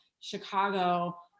Chicago